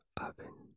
oven